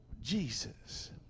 Jesus